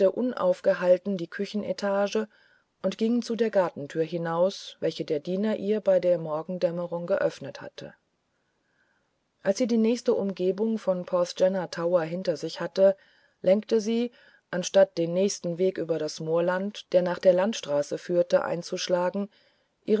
unaufgehalten die küchenetage und ging zu der gartentür hinaus welchederdienerihrbeidermorgendämmerunggeöffnethatte als sie die nächste umgebung von porthgenna tower hinter sich hatte lenkte sie anstatt den nächsten weg über das moorland der nach der landstraße führte einzuschlagen